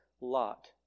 Lot